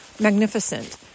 magnificent